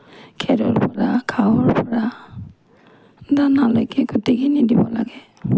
খেৰৰ পৰা ঘাঁহৰ পৰা দানালৈকে গোটেইখিনি দিব লাগে